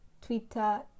Twitter